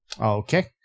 Okay